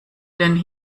den